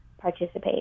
participate